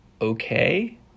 Okay